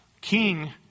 King